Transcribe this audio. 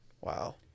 wow